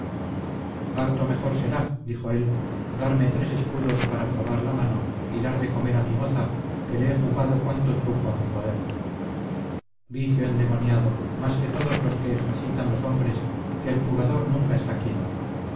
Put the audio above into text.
harto mejor será dijo él darme tres escudos para probar la mano y dar de comer a mi moza que le he jugado cuanto trujo a mi poder vicio endemoniado más que todos los que ejercitan los hombres que el jugador nunca está quieto